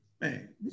Man